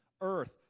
earth